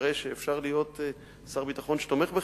שמראה שאפשר להיות שר ביטחון שתומך בחינוך.